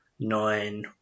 nine